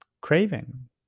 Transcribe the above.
craving